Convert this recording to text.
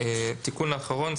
תיקון אחרון,